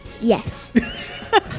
Yes